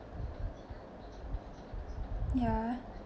ya